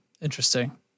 Interesting